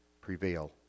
prevail